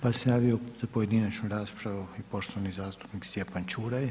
Pa se javio za pojedinačnu raspravu i poštovani zastupnik Stjepan Čuraj.